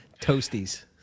Toasties